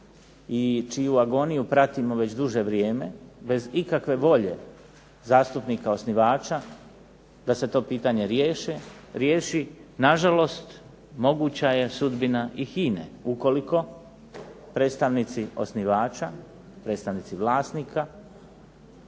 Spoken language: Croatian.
i čiju agoniju pratimo već duže vrijeme, bez ikakve volje zastupnika osnivača, da se to pitanje riješi, na žalost moguća je sudbina i HINA-e ukoliko predstavnici osnivača, predstavnici vlasnika